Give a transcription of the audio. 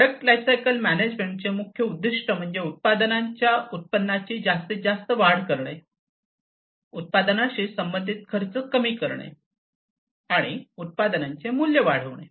product lifecycle management चे मुख्य उद्दीष्ट म्हणजे उत्पादनाच्या उत्पन्नाची जास्तीत जास्त वाढ करणे उत्पादनाशी संबंधित खर्च कमी करणे आणि उत्पादनांचे मूल्य वाढविणे